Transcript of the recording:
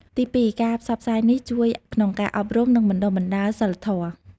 ទីពីរ ការផ្សព្វផ្សាយនេះជួយក្នុងការអប់រំ និងបណ្ដុះបណ្ដាលសីលធម៌។